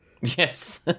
Yes